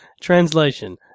Translation